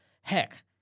Heck